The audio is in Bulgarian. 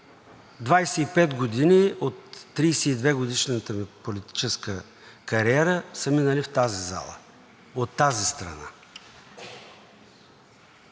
25 години от 32 годишната ми политическа кариера са минали в тази зала, от тази страна